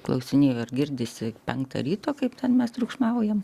klausinėju ar girdisi penktą ryto kaip ten mes triukšmaujam